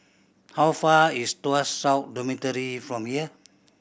how far is Tuas South Dormitory from here